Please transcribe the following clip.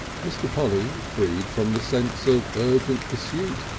mr. polly, freed from the sense of urgent pursuit,